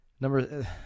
number